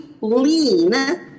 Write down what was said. lean